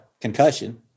concussion